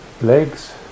legs